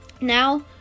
now